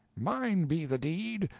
mine be the deed,